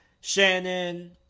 Shannon